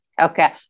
Okay